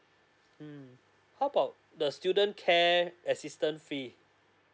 mm how about the student care assistance fee